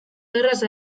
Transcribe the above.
erraz